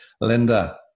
Linda